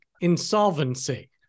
insolvency